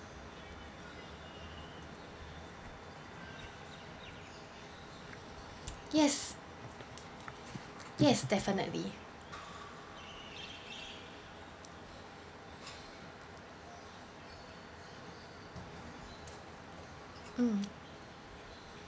yes yes definitely mm